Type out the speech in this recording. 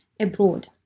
abroad